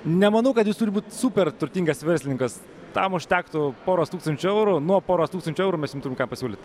nemanau kad jūs turit būti super turtingas verslininkas tam užtektų poros tūkstančių eurų nuo poros tūkstančių eurų mes jum turim ką pasiūlyt